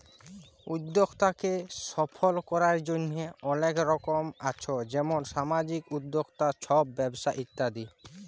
উদ্যক্তাকে সফল করার জন্হে অলেক রকম আছ যেমন সামাজিক উদ্যক্তা, ছট ব্যবসা ইত্যাদি